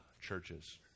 churches